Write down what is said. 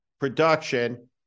production